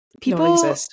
people